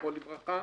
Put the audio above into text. זכרו לברכה,